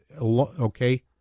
okay